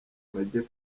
bajye